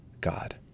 God